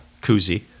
Koozie